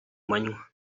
manywa